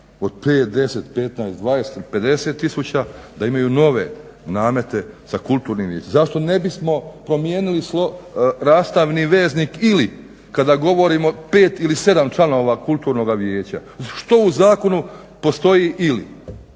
od 5,10,15,20,50 tisuća da imaju nove namete sa kulturnim vijećem. Zašto ne bismo promijenili rastavni veznik ili kada govorimo 5 ili 7 članova kulturnoga vijeća, što u zakonu postoji ili